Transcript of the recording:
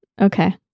Okay